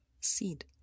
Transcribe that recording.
seed